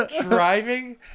driving